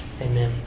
Amen